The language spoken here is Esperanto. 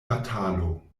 batalo